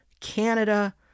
Canada